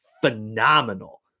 phenomenal